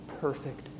Perfect